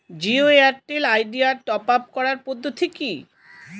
Jio Airtel Idea top up করার পদ্ধতি কি?